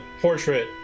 portrait